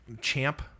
Champ